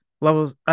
levels